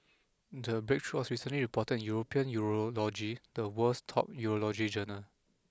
the breakthrough was recently reported in European Urology the world's top Urology Journal